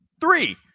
Three